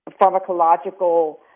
pharmacological